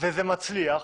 וזה מצליח,